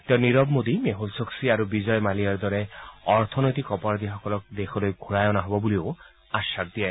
তেওঁ নীৰৱ মোদী মেহুল ছস্থি আৰু বিজয় মালিয়াৰ দৰে অৰ্থনৈতিক অপৰাধীসকলক দেশলৈ ঘৰাই অনা হ'ব বুলিও আখাস দিয়ে